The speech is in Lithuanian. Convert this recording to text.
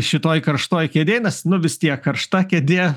šitoj karštoj kėdėj nes nu vis tiek karšta kėdė